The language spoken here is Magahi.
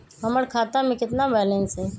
हमर खाता में केतना बैलेंस हई?